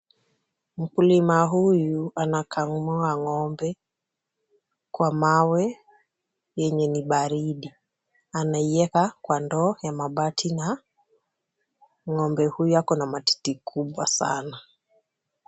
Mkulima huyu anakamua ng'ombe kwa mawe yenye ni baridi ,anaiweka kwa ndoo ya mabati na ng'ombe huyu ako na matiti kubwa sana.